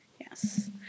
Yes